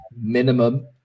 minimum